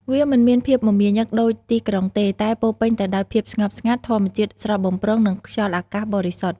វាមិនមានភាពមមាញឹកដូចទីក្រុងទេ តែពោរពេញទៅដោយភាពស្ងប់ស្ងាត់ ធម្មជាតិស្រស់បំព្រង និងខ្យល់អាកាសបរិសុទ្ធ។